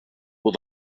but